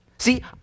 See